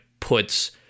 puts